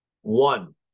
one